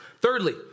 Thirdly